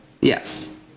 Yes